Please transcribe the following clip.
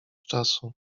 czasu